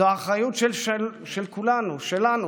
זו אחריות של כולנו, שלנו.